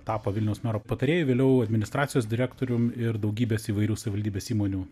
tapo vilniaus mero patarėju vėliau administracijos direktoriumi ir daugybės įvairių savivaldybės įmonių